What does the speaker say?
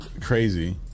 crazy